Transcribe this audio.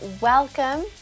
welcome